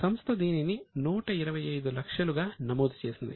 కానీ సంస్థ దీనిని 125 లక్షలు గా నమోదు చేసింది